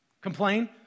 complain